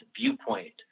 viewpoint